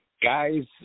Guys